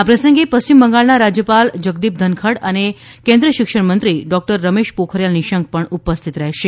આ પ્રસંગે પશ્ચિમ બંગાળના રાજ્યપાલ જગદીપ ધનખડ અને કેન્દ્રીય શિક્ષણમંત્રી ડોક્ટર રમેશ પોખરિયાલ નિશંક પણ ઉપસ્થિત રહેશે